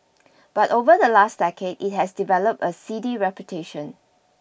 but over the last decade it has developed a seedy reputation